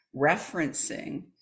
referencing